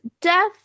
Death